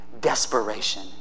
desperation